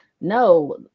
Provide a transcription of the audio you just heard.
no